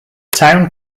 town